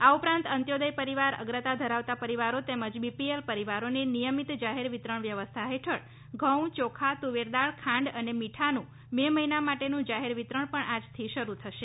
આ ઉપરાંત અંત્યોદય પરિવાર અગ્રતા ધરાવતા પરિવારો તેમજ બી પી એલ પરિવારોને નિયમિત જાહેર વિતરણ વ્યવસ્થા હેઠળ ઘઉં ચોખા તુવેર દાળ ખાંડ અને મીઠાનું મે મહિના માટેનું જાહેર વિતરણ પણ આજથી શરૂ થશે